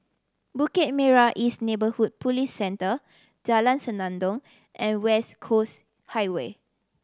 Bukit Merah East Neighbourhood Police Centre Jalan Senandong and West Coast Highway